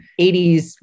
80s